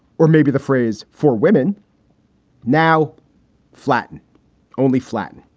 or maybe the phrase for women now flatten only flatten